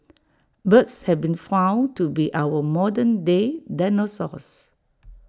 birds have been found to be our modern day dinosaurs